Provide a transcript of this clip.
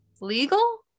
legal